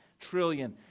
trillion